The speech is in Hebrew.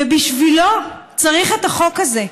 ובשבילו צריך את החוק הזה.